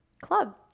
Club